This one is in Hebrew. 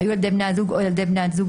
היו ילדי בני הזוג או ילדי בן הזוג